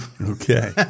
Okay